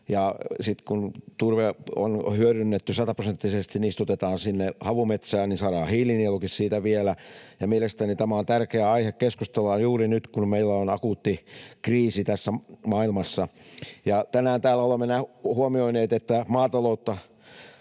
ja sitten kun turve on hyödynnetty sataprosenttisesti, sinne istutetaan havumetsää ja saadaan hiilinielukin siitä vielä. Mielestäni tämä on tärkeä aihe keskustella juuri nyt, kun meillä on akuutti kriisi maailmassa. Tänään täällä olemme huomioineet, että maataloutta